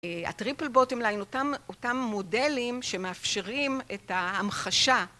הטריפלבוטים היו אותם מודלים שמאפשרים את המחשה